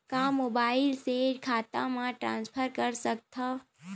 का मोबाइल से खाता म ट्रान्सफर कर सकथव?